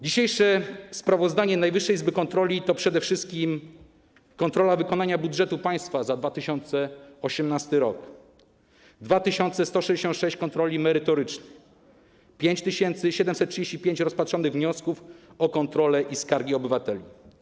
Dzisiejsze sprawozdanie Najwyższej Izby Kontroli to przede wszystkim kontrola wykonania budżetu państwa za 2018 r. 2166 kontroli merytorycznych, 5735 rozpatrzonych wniosków o kontrolę i skargi obywateli.